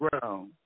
ground